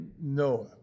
Noah